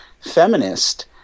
feminist